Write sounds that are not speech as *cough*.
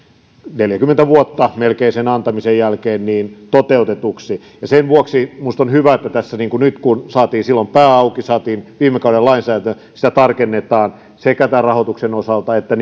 neljäkymmentä vuotta sen antamisen jälkeen toteutetuksi sen vuoksi minusta on hyvä että kun saatiin silloin pää auki ja saatiin viime kaudella lainsäädäntö niin sitä tässä nyt tarkennetaan sekä rahoituksen osalta että *unintelligible*